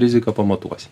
riziką pamatuosi